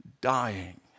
dying